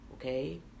okay